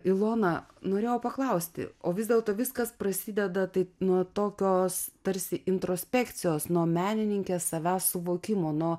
ilona norėjau paklausti o vis dėlto viskas prasideda taip nuo tokios tarsi introspekcijos nuo menininkės savęs suvokimo nuo